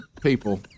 people